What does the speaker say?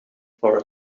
for